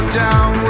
down